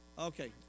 Okay